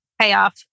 payoff